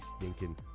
stinking